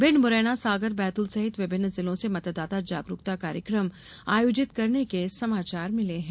भिण्ड मुरैना सागर बैतूल सहित विभिन्न जिलों से मतदाता जागरूकता कार्यक्रम आयोजित करने के समाचार मिले हैं